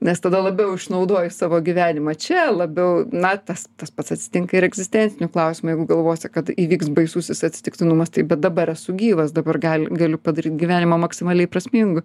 nes tada labiau išnaudoji savo gyvenimą čia labiau na tas tas pats atsitinka ir egzistenciniu klausimu jeigu galvosi kad įvyks baisusis atsitiktinumas tai bet dabar esu gyvas dabar gal galiu padaryt gyvenimą maksimaliai prasmingu